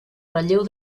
relleu